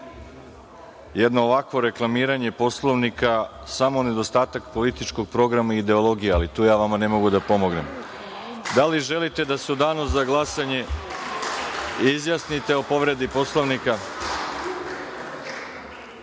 jedno ovakvo reklamiranje Poslovnika samo nedostatak političkog programa ideologije, ali ja tu ne mogu da pomognem. Da li želite da se u danu za glasanje izjasnite o povredi Poslovnika?